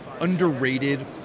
underrated